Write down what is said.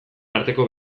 arteko